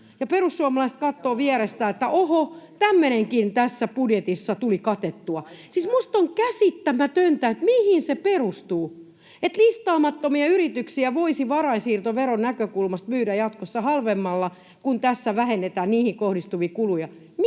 perussuomalaiset katsovat vierestä, että oho, tämmöinenkin tässä budjetissa tuli katettua. Siis minusta on käsittämätöntä, mihin se perustuu, että listaamattomia yrityksiä voisi varainsiirtoveron näkökulmasta myydä jatkossa halvemmalla, kun tässä vähennetään niihin kohdistuvia kuluja.